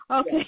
Okay